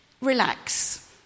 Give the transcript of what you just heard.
relax